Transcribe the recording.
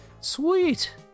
sweet